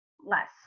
less